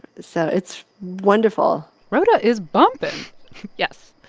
so it's wonderful rota is bumping yes.